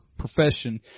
profession